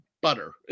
Butter